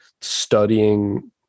studying